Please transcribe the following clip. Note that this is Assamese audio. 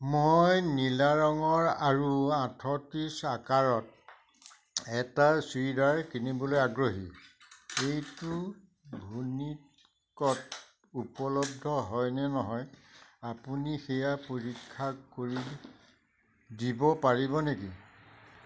মই নীলা ৰঙৰ আৰু আঠত্ৰিছ আকাৰত এটা চুৰিদাৰ কিনিবলৈ আগ্ৰহী এইটো ভুনিকত উপলব্ধ হয়নে নহয় আপুনি সেয়া পৰীক্ষা কৰি দিব পাৰিব নেকি